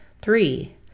Three